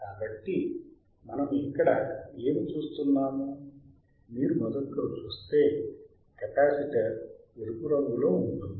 కాబట్టి మనము ఇక్కడ ఏమి చూస్తున్నాము మీరు మొదట్లో చూస్తే కెపాసిటర్ ఎరుపు రంగులో ఉంటుంది